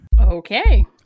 Okay